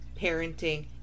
parenting